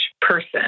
person